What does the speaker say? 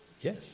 Yes